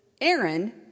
Aaron